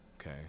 okay